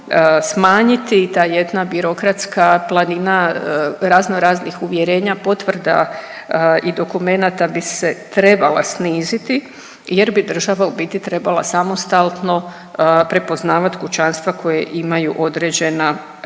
smanjiti, ta jedna birokratska planina razno raznih uvjerenja, potvrda i dokumenata bi se trebala sniziti jer bi država u biti trebala samostalno prepoznavat kućanstva koja imaju određena prava,